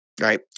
right